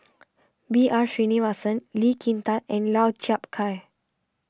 B R Sreenivasan Lee Kin Tat and Lau Chiap Khai